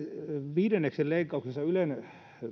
viidenneksen leikkauksessa ylen